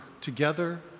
together